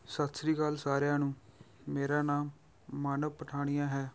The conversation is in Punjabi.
ਸਤਿ ਸ਼੍ਰੀ ਅਕਾਲ ਸਾਰਿਆਂ ਨੂੰ ਮੇਰਾ ਨਾਮ ਮਾਨਵ ਪਠਾਣੀਆ ਹੈ